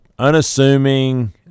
unassuming